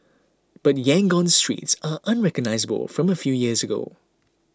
but Yangon's streets are unrecognisable from a few years ago